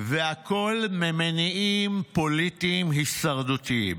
והכול ממניעים פוליטיים הישרדותיים.